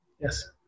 Yes